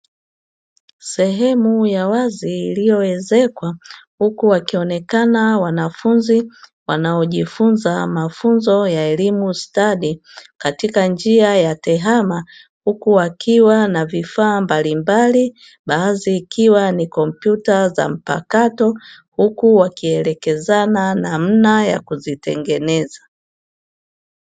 Sehemu ya wazi iliyoezeshwa, huku wakionekana wanafunzi wanaojifunza mafunzo ya elimu stadi katika njia ya TEHAMA huku wakiwa na vifaa mbalimbali, baadhi ikiwa ni kompyuta za mpakato; huku wakielekezana namna ya kuzitengeneza.